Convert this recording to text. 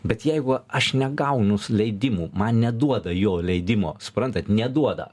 bet jeigu aš negaunu leidimų man neduoda jo leidimo suprantat neduoda